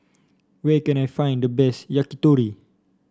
where can I find the best Yakitori